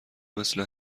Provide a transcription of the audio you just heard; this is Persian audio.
مثل